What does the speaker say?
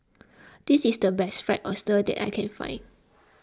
this is the best Fried Oyster that I can find